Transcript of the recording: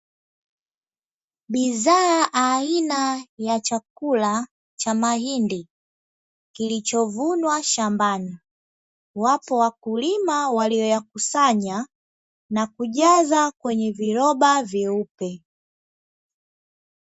Bidhaa aina ya chakula cha mahindi kilichovunwa shambani, wapo wakulima waliyoyakusanya na kujaza kwenye viroba vyeupe.